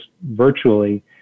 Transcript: virtually